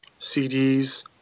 CDs